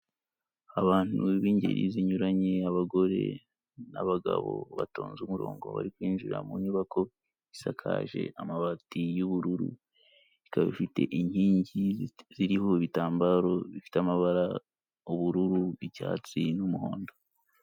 Abantu b'ingeri zinyuranye abagore n'abagabo, batonze umurongo bari kwinjira mu nyubako isakaje amabati y'ubururu, ikaba ifite inkingi ziriho ibitambaro bifite amabara ubururu, icyatsi n'umuhondo.